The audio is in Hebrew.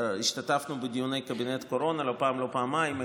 השתתפנו בדיוני קבינט קורונה לא פעם ולא פעמיים.